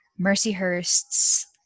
Mercyhurst's